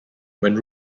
when